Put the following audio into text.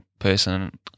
person